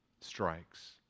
strikes